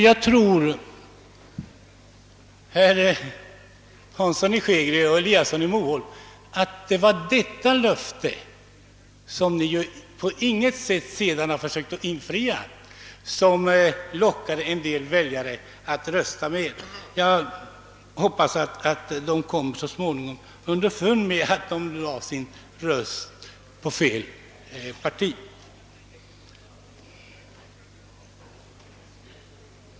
Jag tror, herrar Hansson i Skegrie och Eliasson i Moholm, att det var detta löfte, som ni på intet sätt senare har försökt att infria, som lockade en del väljare att rösta med er. Jag hoppas att väljarna så småningom kom underfund med att de lagt sin röst på fel parti.